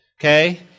okay